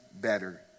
better